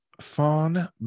Fawn